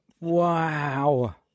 Wow